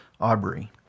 Aubrey